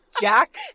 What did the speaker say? Jack